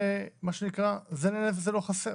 מה שנקרא: זה נהנה וזה לא חסר.